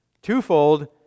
twofold